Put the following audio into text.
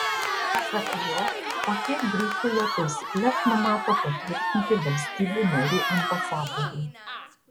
pasak jo popiet briuselyje taisykles numato patvirtinti valstybių narių ambasadoriai